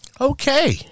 Okay